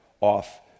off